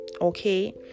okay